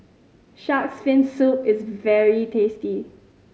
Shark's Fin Soup is very tasty